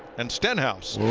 and stenhouse.